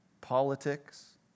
politics